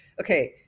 okay